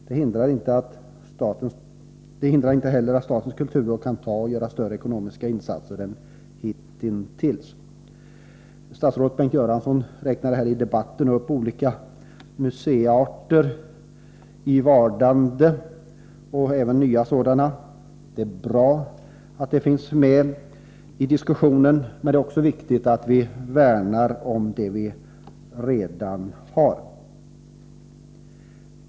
Det hindrar dock inte att statens kulturråd kan göra större ekonomiska insatser än hittills. Statsrådet Bengt Göransson räknade här i debatten upp olika museiarter i vardande. Det är bra att de finns med i diskussionen, men det är också viktigt att vi värnar om dem vi redan har.